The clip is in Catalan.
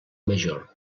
major